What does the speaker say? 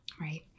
Right